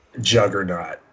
juggernaut